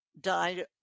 died